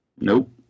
Nope